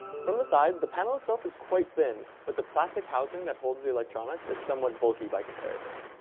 from the sides, the panel itself is quite thin, but the plastic housing that holds the electronics is somewhat bulky by comparison.